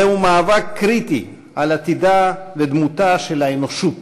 זהו מאבק קריטי על עתידה ודמותה של האנושות: